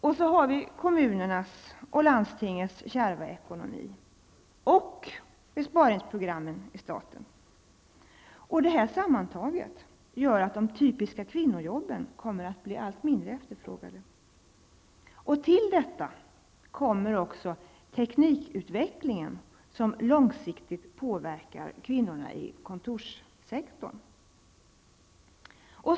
Och så har vi kommunernas och landstingens kärva ekonomi, och statens besparingsprogram. Detta sammantaget gör att de typiska kvinnojobben kommer att bli allt mindre efterfrågade. Därtill kommer också teknikutvecklingen, som långsiktigt påverkar kvinnorna i kontorssektorn.